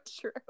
true